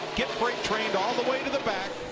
gets it and all the way to the back.